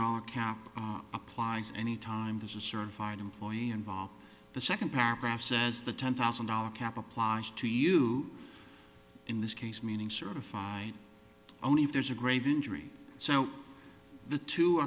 account applies any time there's a certified employee involved the second paragraph says the ten thousand dollars cap applies to you in this case meaning certify only if there's a grave injury so the two